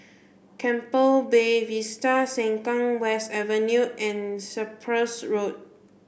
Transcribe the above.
Keppel Bay Vista Sengkang West Avenue and Cyprus Road